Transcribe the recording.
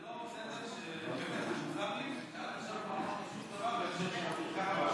זה מוזר לי שעד עכשיו לא אמרת שום דבר בהקשר של אביר קארה.